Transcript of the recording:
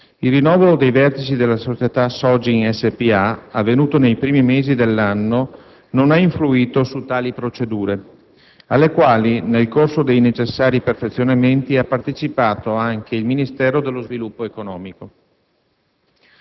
Il rinnovo dei vertici della società Sogin spa, avvenuto nei primi mesi dell'anno, non ha influito su tali procedure alle quali, nel corso dei necessari perfezionamenti, ha partecipato anche il Ministero dello sviluppo economico,